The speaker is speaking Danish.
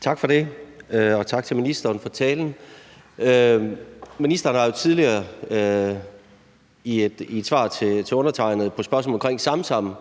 Tak for det, og tak til ministeren for talen. Ministeren har jo tidligere i et svar til undertegnede på spørgsmål om Samsam